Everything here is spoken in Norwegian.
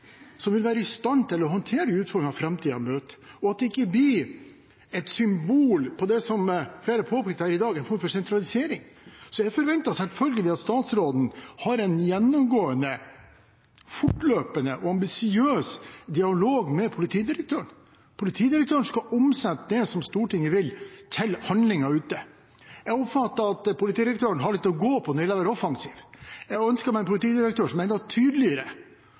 som vil være i stand til å håndtere de utfordringene vi møter i framtiden, og at det ikke blir et symbol på det som flere har påpekt her i dag: en form for sentralisering. Så jeg forventer selvfølgelig at statsråden har en gjennomgående, fortløpende og ambisiøs dialog med politidirektøren. Politidirektøren skal omsette det som Stortinget vil, til handlinger ute. Jeg oppfatter det slik at politidirektøren har litt å gå på når det gjelder å være offensiv. Jeg ønsker meg en politidirektør som er enda tydeligere,